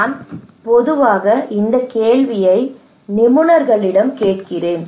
நான் பொதுவாக இந்த கேள்வியை நிபுணரிடம் கேட்கிறேன்